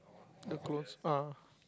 the clothes ah